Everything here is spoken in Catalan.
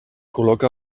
col·loca